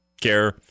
care